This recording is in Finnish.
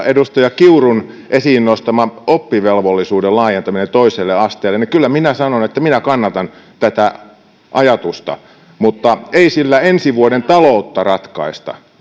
edustaja kiurun esiin nostamasta oppivelvollisuuden laajentamisesta toiselle asteelle kyllä minä sanon että minä kannatan tätä ajatusta mutta ei sillä ensi vuoden taloutta ratkaista